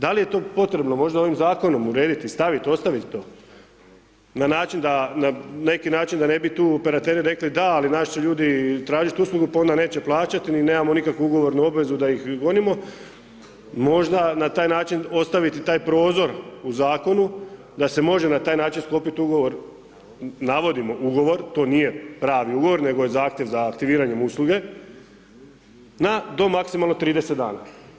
Da li je to potrebno možda ovim zakonom urediti, staviti, ostaviti to na način da na nekim način da ne bi tu operateri rekli da, ali nas će ljudi tražiti uslugu pa onda neće plaćati, mi nemamo nikakvu ugovornu obvezu da ih gonimo, možda na taj način ostaviti taj prozor u zakonu da se može na taj način sklopiti ugovor, navodim ugovor, nego je zahtjev za aktiviranjem usluge, na do maksimalno 30 dana.